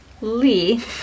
Lee